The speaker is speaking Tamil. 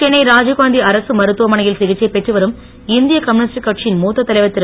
சென்னை ராஜீவ்காந்தி அரசு மருத்துவமனையில் சிகிச்சை பெற்றுவரும் இந்திய கம்யுனிஸ் கட்சியின் மூத்த தலைவர் திரு